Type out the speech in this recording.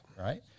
Right